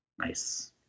Nice